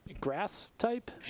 grass-type